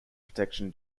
protection